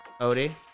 Odie